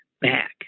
back